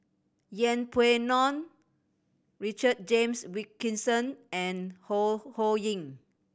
Yeng Pway Ngon Richard James Wilkinson and Ho Ho Ying